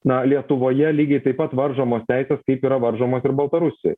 na lietuvoje lygiai taip pat varžomos teisės kaip yra varžomos ir baltarusijoj